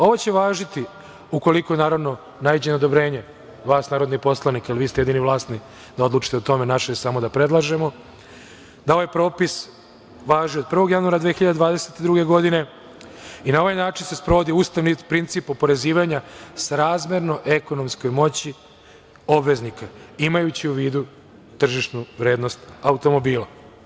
Ovo će važiti ukoliko naravno naiđe na odobrenje vas narodnih poslanika, jer vi ste jedini vlasni da odlučite o tome, naše je samo da predlažemo, da ovaj propis važi od 1. januara 2022. godine i na ovaj način se sprovodi ustavni princip oporezivanja, srazmerno ekonomskoj moći obveznika, imajući u vidu tržišnu vrednost automobila.